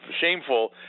shameful –